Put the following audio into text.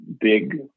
big